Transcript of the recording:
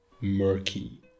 murky